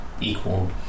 equal